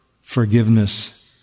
forgiveness